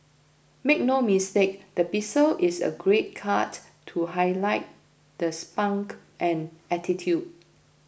make no mistake the pixie is a great cut to highlight the spunk and attitude